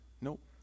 Nope